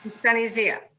sunny zia.